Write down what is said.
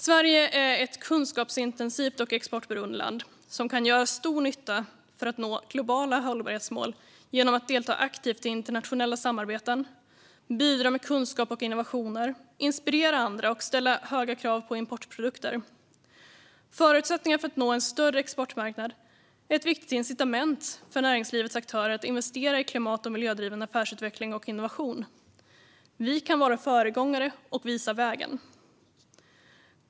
Sverige är ett kunskapsintensivt och exportberoende land som kan göra stor nytta för att nå globala hållbarhetsmål genom att delta aktivt i internationella samarbeten, bidra med kunskap och innovationer, inspirera andra och ställa höga krav på importprodukter. Förutsättningar för att nå en större exportmarknad är ett viktigt incitament för näringslivets aktörer att investera i klimat och miljödriven affärsutveckling och innovation. Vi kan vara föregångare och visa vägen.